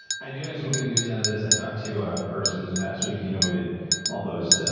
i do have some good news out of this. i talked to a person this past week, you know, we did all those, so